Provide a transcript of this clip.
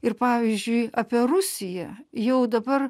ir pavyzdžiui apie rusiją jau dabar